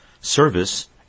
Service